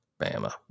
Bama